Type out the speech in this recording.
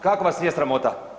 Kako vas nije sramota?